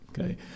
Okay